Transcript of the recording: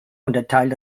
unterteilt